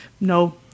no